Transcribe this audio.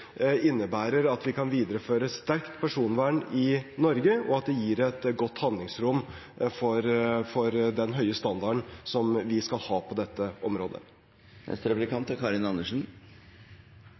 innebærer at vi kan videreføre et sterkt personvern i Norge, og at det gir et godt handlingsrom for den høye standarden som vi skal ha på dette området.